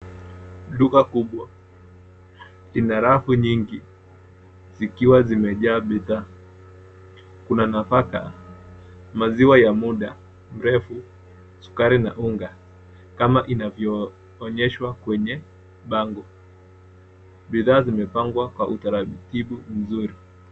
Duka kubwa lina rafu nyingi zikiwa zimejaa bidhaa. Kuna nafaka, maziwa ya muda mrefu, sukari na unga, kama inavyoonyeshwa kwenye bango. Bidhaa zimepangwa kwa utaratibu mzuri.